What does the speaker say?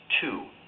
two